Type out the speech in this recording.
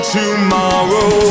tomorrow